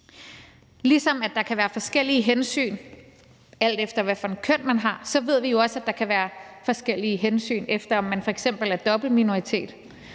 Ligesom der kan være forskellige hensyn, alt efter hvad for et køn man har, ved vi jo også, at der kan være forskellige hensyn, alt efter om man f.eks. er dobbeltminoritet.